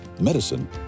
medicine